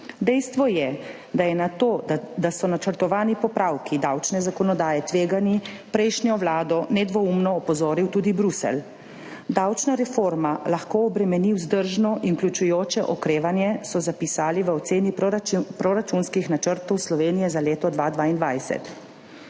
Dejstvo je, da je na to, da so načrtovani popravki davčne zakonodaje tvegani, prejšnjo vlado nedvoumno opozoril tudi Bruselj. Davčna reforma lahko obremeni vzdržno in vključujoče okrevanje, so zapisali v oceni proračunskih načrtov Slovenije za leto 2022.